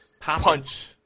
punch